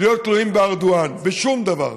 להיות תלויים בארדואן בשום דבר,